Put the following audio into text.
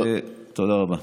תודה רבה.